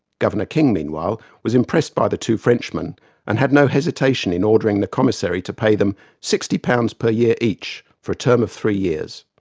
governor king, meanwhile, was impressed by the two frenchmen and had no hesitation in ordering the commissary to pay them sixty pounds per year each, for a term of three years'.